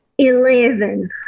Eleven